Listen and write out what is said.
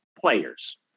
players